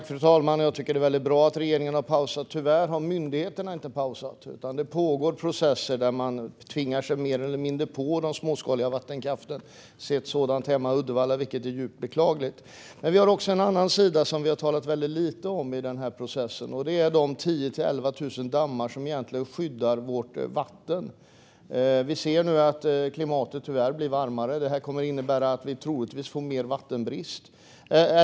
Fru talman! Jag tycker att det är väldigt bra att regeringen har pausat miljöprövningarna. Tyvärr har myndigheterna inte pausat, utan det pågår processer där de mer eller mindre tvingar sig på den småskaliga vattenkraften. Jag har sett det hemma i Uddevalla, vilket är djupt beklagligt. Men det finns också en annan sida som vi har talat väldigt lite om i denna process, och det är de 10 000-11 000 dammar som egentligen skyddar vårt vatten. Vi ser nu att klimatet tyvärr blir varmare. Det kommer troligtvis att innebära att vi får mer vattenbrist.